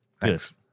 Thanks